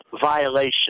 violation